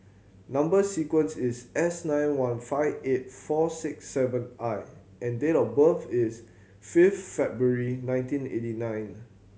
number sequence is S nine one five eight four six seven I and date of birth is fifth February nineteen eighty nine